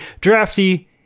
Drafty